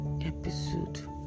episode